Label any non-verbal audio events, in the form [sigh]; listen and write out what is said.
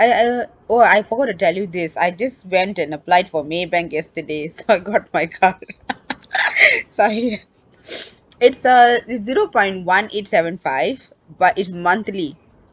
I uh oh I forgot to tell you this I just went and applied for maybank yesterday so I got my card [laughs] sorry [noise] it's uh it's zero point one eight seven five but it's monthly